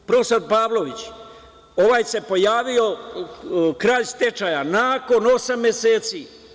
Profesor Pavlović, ovaj se pojavio, kraj stečaja, nakon osam meseci.